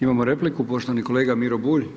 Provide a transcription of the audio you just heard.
Imamo repliku, poštovani kolega Miro Bulj.